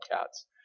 cats